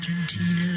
Argentina